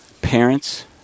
parents